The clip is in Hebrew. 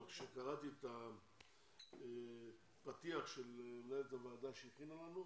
אבל כשקראתי את הפתיח של מנהלת הוועדה שהכינה לנו,